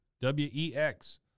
W-E-X